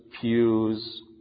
pews